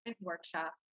workshop